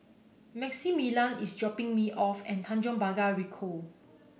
Maximillian is dropping me off at Tanjong Pagar Ricoh